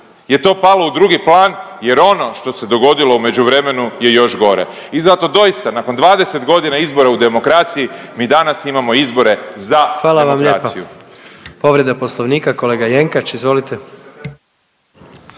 je to palo u drugi plan jer ono što se dogodilo u međuvremenu je još gore. I zato doista nakon 20 godina izbora u demokraciji mi danas imamo izbore za …/Upadica predsjednik: Hvala vam lijepa./… demokraciju. **Jandroković,